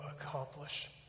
accomplish